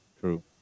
true